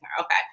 Okay